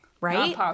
Right